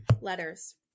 letters